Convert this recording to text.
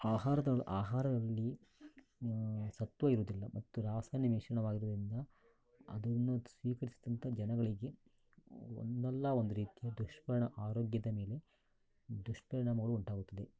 ಆಹಾರದ ಆಹಾರದಲ್ಲಿ ಸತ್ವ ಇರುವುದಿಲ್ಲ ಮತ್ತು ರಾಸಾಯನಿಕ ಮಿಶ್ರಣವಾಗಿರುವುದರಿಂದ ಅದನ್ನು ಸ್ವೀಕರಿಸಿದಂತ ಜನಗಳಿಗೆ ಒಂದಲ್ಲ ಒಂದು ರೀತಿ ದುಷ್ಪರಿಣಾಮ ಆರೋಗ್ಯದ ಮೇಲೆ ದುಷ್ಪರಿಣಾಮಗಳು ಉಂಟಾಗುತ್ತದೆ